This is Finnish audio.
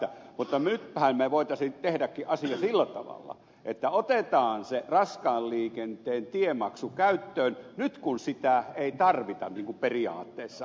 mutta nythän me voisimme tehdäkin asian sillä tavalla että otetaan se raskaan liikenteen tiemaksu käyttöön nyt kun sitä ei tarvita periaatteessa